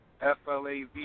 F-L-A-V